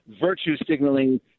virtue-signaling